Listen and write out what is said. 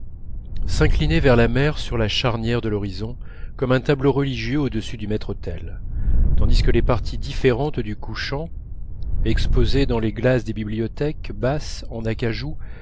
s'inclinait vers la mer sur la charnière de l'horizon comme un tableau religieux au-dessus du maître-autel tandis que les parties différentes du couchant exposées dans les glaces des bibliothèques basses en acajou